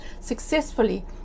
successfully